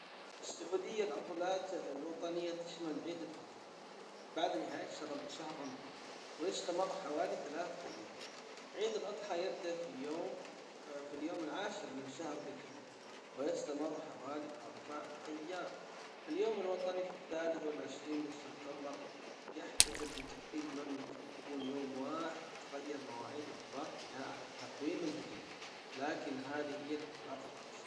في السعودية العطلات الوطنية تشمل عيد الفطر بعد نهاية شهر شهر رمضان ويستمر حوالي ثلاثة ايام عيد الاضحى يبدأ في يوم في اليوم العاشر من شهر ذي الحجة. ويستمر حوالي اربعة ايام اليوم الوطني في الثالث والعشرين من سبتمبر يحتفل بتوحيد المملكة ويكون يوم واحد تتغير مواعيد العطلات بناء على التقويم الهجري لكن هذه هي العطلات الرئيسية.